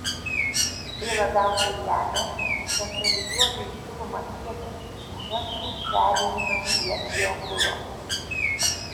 tai labiausiai lemia centralizuotai šilumą tiekiančių miestų perėjimas prie biokuro